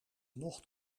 nog